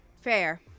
fair